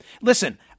Listen